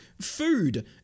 food